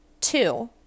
Two